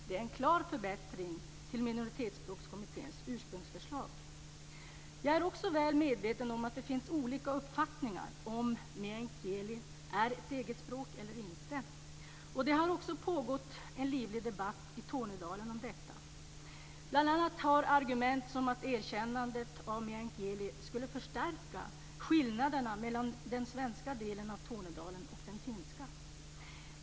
Det är en klar förbättring i förhållande till Jag är också väl medveten om att det finns olika uppfattningar i frågan om meänkieli är ett eget språk eller inte. Det har också pågått en livlig debatt i Tornedalen om detta. Bl.a. har anförts argument som att erkännandet av meänkieli skulle förstärka skillnaderna mellan den svenska delen av Tornedalen och den finska.